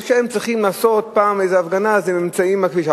אז כשהם צריכים לעשות פעם איזו הפגנה אז הם נמצאים בכביש.